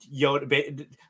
Yoda